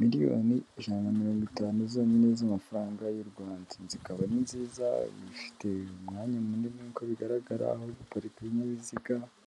miliyoni ijana na mirongo itanu zonyine z'amafaranga y'u Rwanda, inzu ikaba ari nziza ifite umwanya munini nk'uko bigaragara, aho guparika ibinyabiziga.